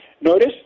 Notice